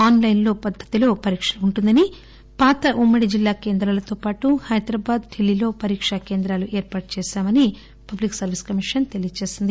ఆస్ లైస్ లో పద్దతిలో పరీక్ష ఉంటుందని పాత ఉమ్మడి జిల్లా కేంద్రాలతో పాటు హైదరాబాద్ డిల్లీలో పరీకా కేంద్రాలు ఏర్పాటు చేశామని తెలిపింది